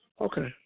Okay